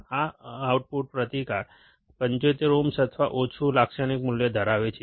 આ આઉટપુટ પ્રતિકાર 75 ઓહ્મ અથવા ઓછાનું લાક્ષણિક મૂલ્ય ધરાવે છે